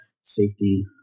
safety